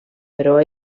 però